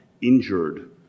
injured